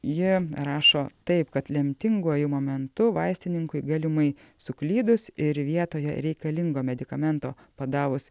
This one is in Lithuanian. ji rašo taip kad lemtinguoju momentu vaistininkui galimai suklydus ir vietoje reikalingo medikamento padavus